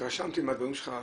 התרשמתי מהדברים שלך.